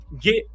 get